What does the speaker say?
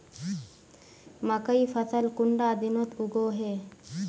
मकई फसल कुंडा दिनोत उगैहे?